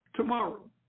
Tomorrow